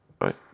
right